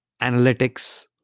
analytics